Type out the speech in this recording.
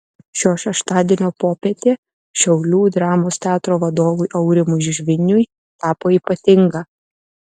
šio šeštadienio popietė šiaulių dramos teatro vadovui aurimui žviniui tapo ypatinga